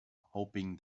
hoping